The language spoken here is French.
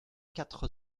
quatre